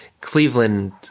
Cleveland